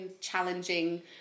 challenging